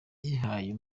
yihaye